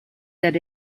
that